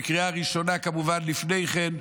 וקריאה ראשונה כמובן לפני כן,